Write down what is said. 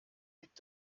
liegt